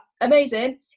amazing